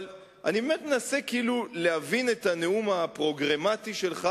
אבל אני מנסה להבין את הנאום הפרוגרמטי שלך